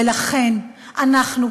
ולכן אנחנו פה,